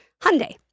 Hyundai